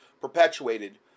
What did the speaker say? perpetuated